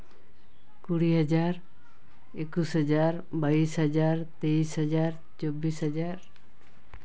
ᱠᱩᱲᱤ ᱦᱟᱡᱟᱨ ᱮᱠᱩᱥ ᱦᱟᱡᱟᱨ ᱵᱟᱭᱤᱥ ᱦᱟᱡᱟᱨ ᱛᱮᱭᱤᱥ ᱦᱟᱡᱟᱨ ᱪᱚᱵᱽᱵᱤᱥ ᱦᱟᱡᱟᱨ